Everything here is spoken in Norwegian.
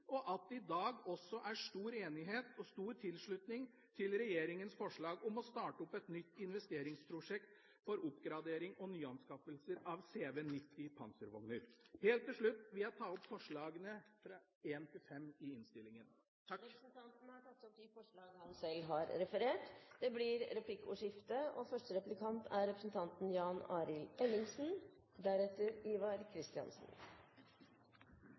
og at det i dag også er stor enighet om og stor tilslutning til regjeringas forslag om å starte opp et nytt investeringsprosjekt for oppgradering og nyanskaffelse av CV90 panservogn. Helt til slutt vil jeg ta opp forslagene nr. 1–5 i innstillingen. Representanten Sverre Myrli har tatt opp de forslagene han refererte til. Det blir replikkordskifte. Det hadde vært fristende å si at representanten